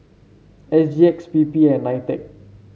S G X P P and Nitec